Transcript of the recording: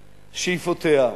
שאיפותיה,